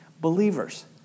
believers